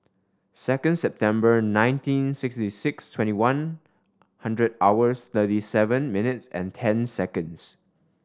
second September nineteen ninety six twenty one hundred hours thirty seven minutes and ten seconds